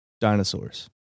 dinosaurs